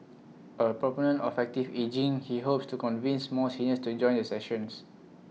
A proponent of active ageing he hopes to convince more seniors to join the sessions